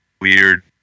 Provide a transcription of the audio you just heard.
weird